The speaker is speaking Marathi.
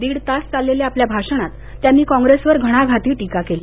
दीड तास चाललेल्या आपल्या भाषणात त्यांनी कॉग्रेसवर घणाघाती टीका केली